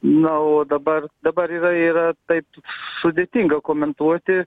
na o dabar dabar yra yra taip sudėtinga komentuoti